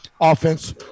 offense